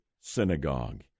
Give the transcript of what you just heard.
Synagogue